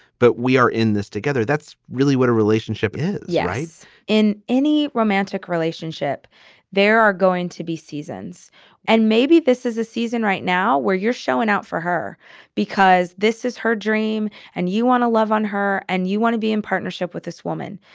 but we are in this together, that's really what a relationship is yeah in any romantic relationship there are going to be seasons and maybe this is a season right now where you're showing out for her because this is her dream and you want to love on her and you want to be in partnership with this woman.